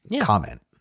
comment